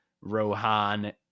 Rohan